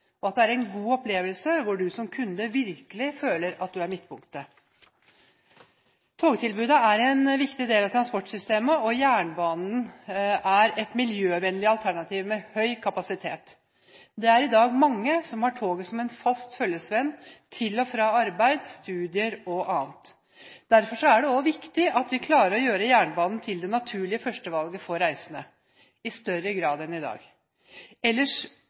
og at det blir en god opplevelse hvor du som kunde virkelig føler at du er midtpunktet! Togtilbudet er en viktig del av transportsystemet, og jernbanen er et miljøvennlig alternativ med høy kapasitet. Det er i dag mange som har toget som en fast følgesvenn til og fra arbeid, studier og annet. Derfor er det viktig at vi klarer å gjøre jernbanen til det naturlige førstevalget for reisende – i større grad enn i dag. Ellers